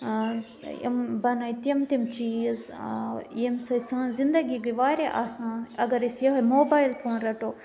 أمۍ بَنٲے تِم تِم چیٖز ییٚمہِ سۭتۍ سٲنۍ زِنٛدگی گٔے واریاہ آسان اگر أسۍ یِہَے موبایِل فون رَٹو